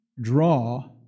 draw